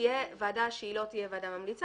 תהיה ועדה שהיא לא תהיה ועדה ממליצה